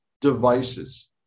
devices